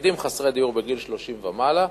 יחידים חסרי דיור בגיל 30 ומעלה,